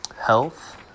health